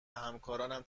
همکارانم